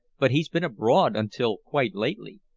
but he's been abroad until quite lately.